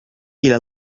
إلى